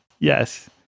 Yes